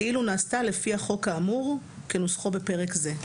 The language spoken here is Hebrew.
כאילו נעשתה לפי החוק האמור כנוסחו בפרק זה.